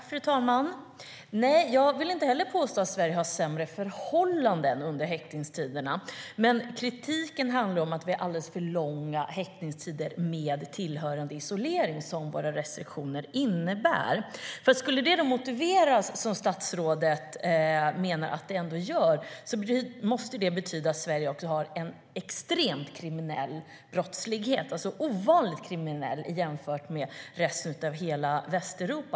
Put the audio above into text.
Fru talman! Jag vill inte heller påstå att Sverige har sämre förhållanden under häktningstiden. Men kritiken handlar om att vi har alldeles för långa häktningstider med den tillhörande isolering som våra restriktioner innebär. Om det skulle vara motiverat, som statsrådet menar att det är, måste det betyda att Sverige också har en extremt kriminell brottslighet - ovanligt kriminell jämfört med resten av hela Västeuropa.